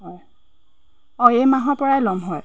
হয় অঁ এই মাহৰ পৰাই ল'ম হয়